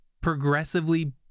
progressively